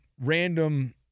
random